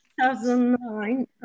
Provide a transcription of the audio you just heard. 2009